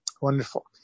Wonderful